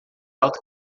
alta